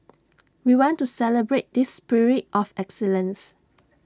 we want to celebrate this spirit of excellence